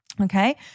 Okay